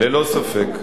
ללא ספק.